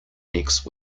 next